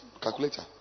Calculator